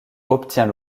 obtient